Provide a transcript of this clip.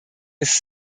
ist